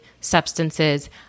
substances